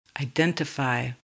identify